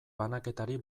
banaketari